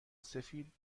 سفید